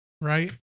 right